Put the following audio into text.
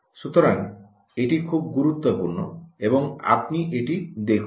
সুতরাং এটি খুব গুরুত্বপূর্ণ এবং আপনি এটি দেখুন